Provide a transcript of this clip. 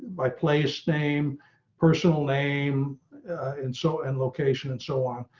my place name personal name and so and location and so on.